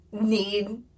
need